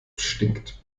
stinkt